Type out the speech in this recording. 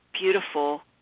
beautiful